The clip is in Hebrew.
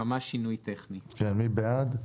מי בעד?